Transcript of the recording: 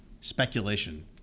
speculation